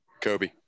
Kobe